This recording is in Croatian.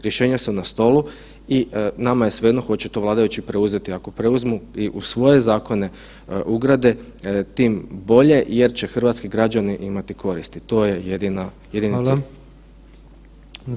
Rješenja su na stolu i nama je svejedno hoće li to vladajući preuzeti, ako preuzmu i u svoj zakone ugrade tim bolje jer će hrvatski građani imati koristi to je jednina, jedini cilj.